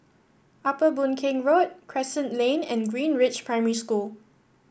Upper Boon Keng Road Crescent Lane and Greenridge Primary School